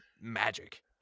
Magic